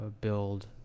build